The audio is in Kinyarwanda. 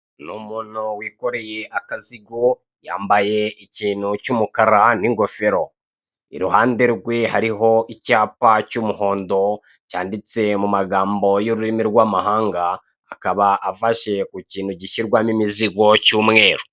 Ni umuntu wikoreye akazigo yambaye ikintu cy'umukara n'ingofero, iruhande rwe hariho icyapa cy'umuhondo cyanditse mumagambo y'ururimi rw'amahanga akaba afashe ku kintu gishyirwamo imizigo cy'umweru.